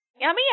yummy